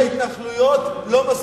ההתנחלויות לא מספיק.